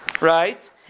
Right